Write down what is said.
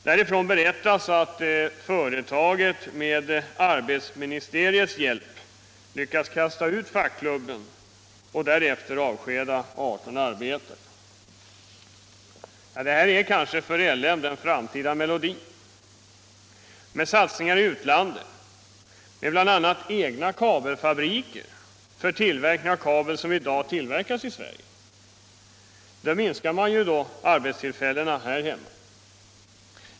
Därifrån berättas att företaget, med arbetsministeriets hjälp, lyckats kasta ut fackklubben och därefter avskeda 18 arbetare. Detta är kanske för LM den framtida melodin. Men satsar företaget på egna kabelfabriker i utlandet för tillverkning av sådan kabel som i dag tillverkas i Sverige, minskas ju arbetstillfällena här hemma.